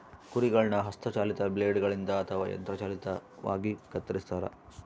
ಕುರಿಗಳನ್ನು ಹಸ್ತ ಚಾಲಿತ ಬ್ಲೇಡ್ ಗಳಿಂದ ಅಥವಾ ಯಂತ್ರ ಚಾಲಿತವಾಗಿ ಕತ್ತರಿಸ್ತಾರ